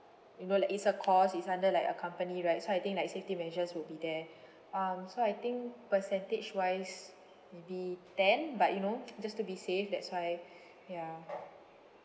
you know like it's a course it's under like a company right so I think like safety measures will be there um so I think percentage wise maybe ten but you know just to be safe that's why ya